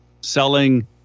selling